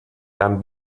tan